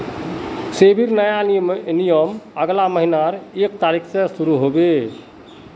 सेबीर नया नियम अगला महीनार एक तारिक स शुरू ह बे